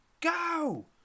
Go